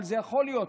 אבל זה יכול להיות,